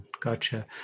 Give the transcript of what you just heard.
Gotcha